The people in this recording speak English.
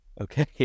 okay